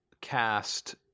cast